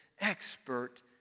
expert